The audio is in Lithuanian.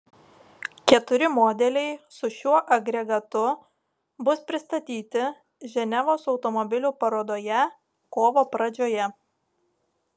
keturi modeliai su šiuo agregatu bus pristatyti ženevos automobilių parodoje kovo pradžioje